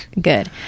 good